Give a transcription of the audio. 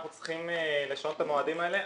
אנחנו צריכים לשנות את המועדים האלה.